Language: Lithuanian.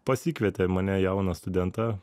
pasikvietė mane jauną studentą